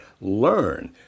learn